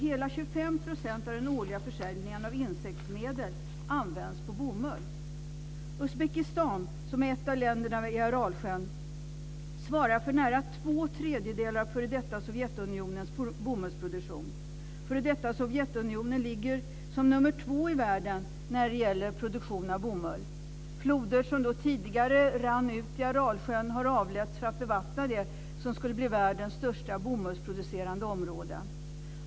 Hela 25 % av de insektsmedel som försäljs årligen används på bomull. Uzbekistan, som är ett av länderna vid Aralsjön, svarar för nära två tredjedelar av f.d. Sovjetunionens bomullsproduktion. F.d. Sovjetunionen ligger som nummer två i världen när det gäller produktion av bomull. Floder som tidigare rann ut i Aralsjön har avletts för att bevattna det som skulle bli världens största bomullsproducerande område.